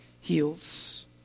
heals